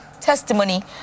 testimony